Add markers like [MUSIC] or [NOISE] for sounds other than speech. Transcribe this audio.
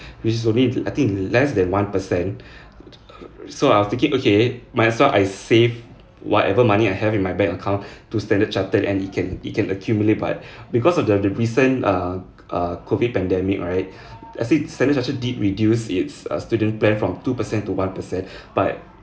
recently I think less than one percent [BREATH] so I was thinking okay might as well I save whatever money I have in my bank account [BREATH] to Standard Chartered and you can you can accumulate but [BREATH] because of the recent err err COVID pandemic right [BREATH] actually Standard Chartered did reduce its err student plan from two percent to one percent [BREATH] but